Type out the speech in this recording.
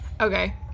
Okay